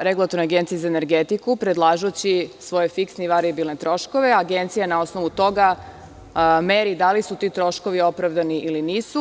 Regulatornoj agenciji za energetiku, predlažući svoje fiksne i varijabilne troškove, a Agencija na osnovu toga meri da li su ti troškovi opravdani ili nisu.